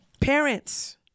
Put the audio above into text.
Parents